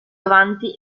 avanti